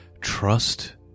trust